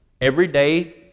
everyday